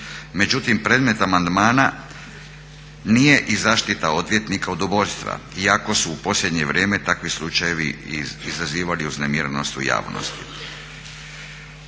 Međutim, predmet amandmana nije i zaštita odvjetnika od ubojstva iako su u posljednje vrijeme takvih slučajevi izazivali uznemirenost u javnosti.